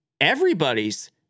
everybody's